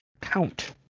count